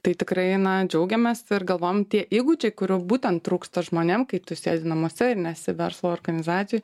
tai tikrai džiaugiamės ir galvojam tie įgūdžiai kurių būtent trūksta žmonėm kaip tu sėdi namuose ir nesi verslo organizacijoj